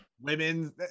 women